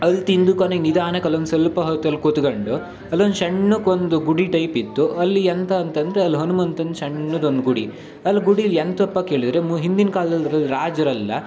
ಅಲ್ಲಿ ತಿಂದು ಕೊನೆಗ್ ನಿಧಾನಕ್ಕೆ ಅಲ್ಲೊಂದು ಸ್ವಲ್ಪ ಹೊತ್ತು ಅಲ್ಲಿ ಕುತ್ಕಂಡು ಅಲ್ಲೊಂದು ಸಣ್ಣಕೊಂದು ಗುಡಿ ಟೈಪ್ ಇತ್ತು ಅಲ್ಲಿ ಎಂತ ಅಂತಂದರೆ ಅಲ್ಲಿ ಹನ್ಮಂತಂದು ಸಣ್ಣುದೊಂದ್ ಗುಡಿ ಅಲ್ಲಿ ಗುಡಿಲ್ಲಿ ಎಂತಪ್ಪ ಕೇಳಿದರೆ ಮು ಹಿಂದಿನ ಕಾಲ್ದಲ್ಲಿ ಅಲ್ಲಿ ರಾಜರೆಲ್ಲ